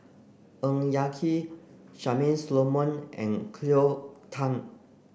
Ng Yak Whee Charmaine Solomon and Cleo Thang